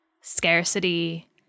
scarcity